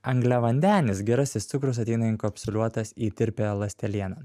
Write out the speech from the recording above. angliavandenis gerasis cukrus ateina inkapsuliuotas į tirpiąją ląstelieną